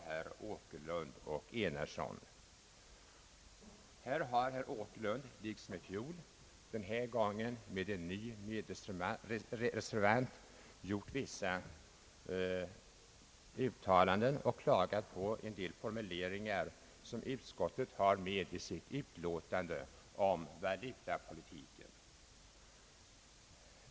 Herr Åkerlund har på samma sätt som i fjol — den här gången med en ny medreservant — i vissa uttalanden klagat på en del formuleringar i bankoutskottets föreliggande yttrande om valutapolitiken.